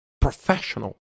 professional